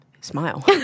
smile